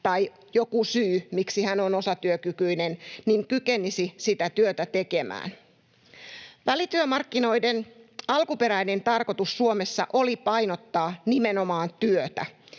tai joku syy, miksi hän on osatyökykyinen, kykenisi sitä työtä tekemään. Välityömarkkinoiden alkuperäinen tarkoitus Suomessa oli painottaa nimenomaan työtä,